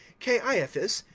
caiaphas,